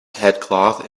headcloth